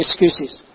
excuses